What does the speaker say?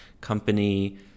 company